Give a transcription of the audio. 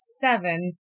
seven